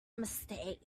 mistake